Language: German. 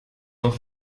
noch